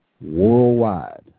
worldwide